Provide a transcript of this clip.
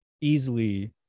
easily